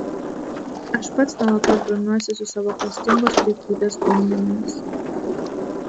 aš pats nuolatos grumiuosi su savo klastingos puikybės gundymais